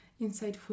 insightful